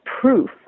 proof